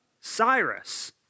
Cyrus